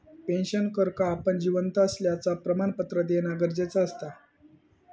पेंशनरका आपण जिवंत असल्याचा प्रमाणपत्र देना गरजेचा असता